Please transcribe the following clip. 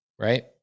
right